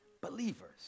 believers